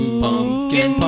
pumpkin